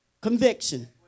conviction